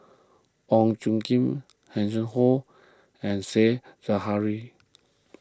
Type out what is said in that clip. Wong Khim Hanson Ho and Said Zahari